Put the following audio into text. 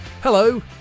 Hello